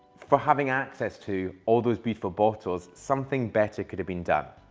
for having access to all those beautiful bottles, something better could have been done.